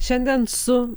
šiandien su